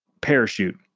parachute